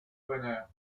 bonheur